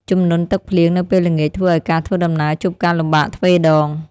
ជំនន់ទឹកភ្លៀងនៅពេលល្ងាចធ្វើឱ្យការធ្វើដំណើរជួបការលំបាកទ្វេដង។